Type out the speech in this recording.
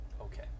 Okay